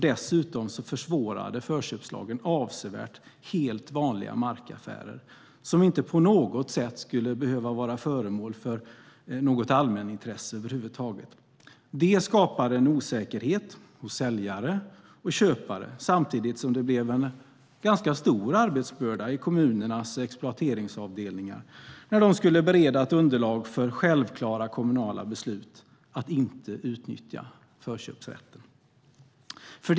Dessutom försvårade förköpslagen avsevärt helt vanliga markaffärer som inte över huvud taget behövde vara föremål för ett allmänintresse. Det skapade en osäkerhet hos säljare och köpare samtidigt som det blev en ganska stor arbetsbörda för kommunernas exploateringsavdelningar när de skulle bereda underlag för självklara kommunala beslut att inte utnyttja förköpsrätten.